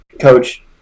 coach